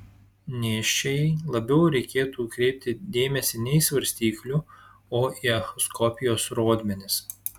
nėščiajai labiau reikėtų kreipti dėmesį ne į svarstyklių o į echoskopijos rodmenis